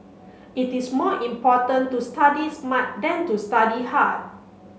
it is more important to study smart than to study hard